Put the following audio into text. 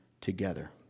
together